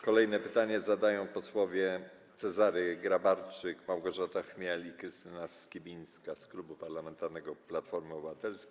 Kolejne pytanie zadają posłowie Cezary Grabarczyk, Małgorzata Chmiel i Krystyna Skibińska z Klubu Parlamentarnego Platforma Obywatelska.